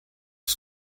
das